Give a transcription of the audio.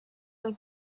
del